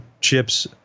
chips